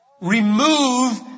remove